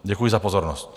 Děkuji za pozornost.